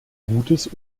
gutes